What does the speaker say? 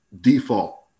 default